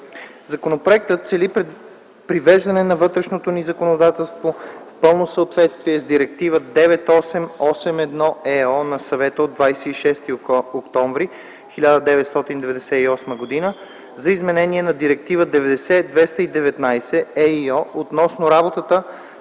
Законопроектът цели привеждане на вътрешното ни законодателство в пълно съответствие с Директива 98/81/ЕО на Съвета от 26 октомври 1998 г. за изменение на Директива 90/219/ЕИО относно работата